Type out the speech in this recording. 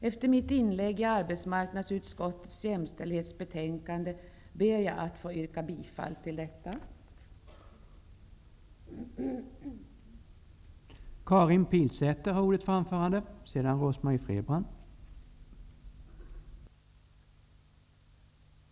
Efter mitt inlägg i debatten om arbetsmarknadsutskottets jämställdhetsbetänkande, ber jag att få yrka bifall till hemställan i detta.